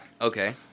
Okay